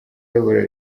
ayobora